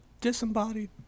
disembodied